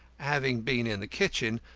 having been in the kitchen,